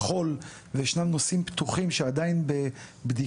אני מבקש גם שככל וישנם נושאים פתוחים שעדיין בבדיקה,